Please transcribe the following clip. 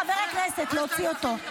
חבר הכנסת, להוציא אותו.